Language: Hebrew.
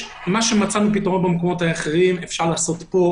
כמו שמצאנו פתרון במקומות אחרים, אפשר לעשות פה.